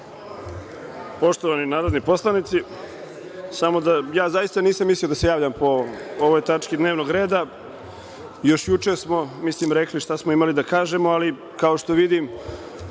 Hvala. Poštovani narodni poslanici, zaista nisam mislio da se javljam po ovoj tački dnevnog reda. Još juče smo rekli šta smo imali da kažemo, ali kao što vidim